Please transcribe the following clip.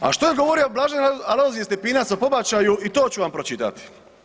A što je govorio blaženi Alojzije Stepinac o pobačaju i to ću vam pročitati.